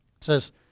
Says